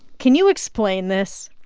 can you explain this?